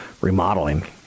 remodeling